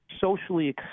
socially